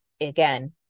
again